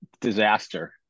Disaster